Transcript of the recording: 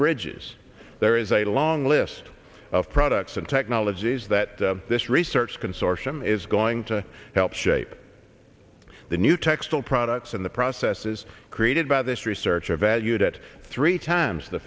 bridges there is a long list of products and technologies that this research consortium is going to help shape the new texel products and the processes created by this research are valued at three times the